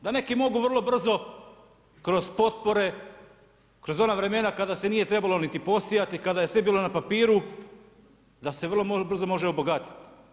Da neki mogu vrlo brzo kroz potpore, kroz ona vremena kada se nije trebalo niti posijati, kad je sve bilo na papiru da se vrlo brzo može obogatiti.